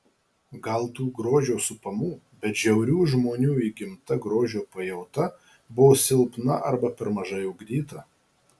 gal tų grožio supamų bet žiaurių žmonių įgimta grožio pajauta buvo silpna arba per mažai ugdyta